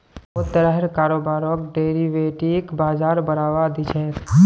बहुत तरहर कारोबारक डेरिवेटिव बाजार बढ़ावा दी छेक